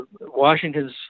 Washington's